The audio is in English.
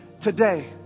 Today